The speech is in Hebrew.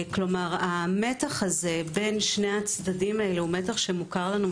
כלומר המתח הזה בין שני הצדדים האלה הוא מוכר לנו,